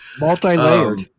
multi-layered